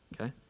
Okay